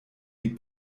die